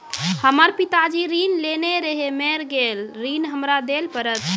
हमर पिताजी ऋण लेने रहे मेर गेल ऋण हमरा देल पड़त?